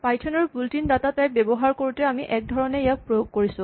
Python ৰ built in data type ব্যৱহাৰ কৰোঁতে আমি এক ধৰণে ইয়াক প্ৰয়োগ কৰিছোঁ